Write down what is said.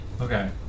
Okay